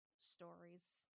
stories